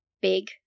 big